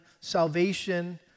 salvation